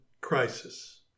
crisis